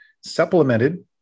supplemented